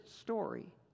story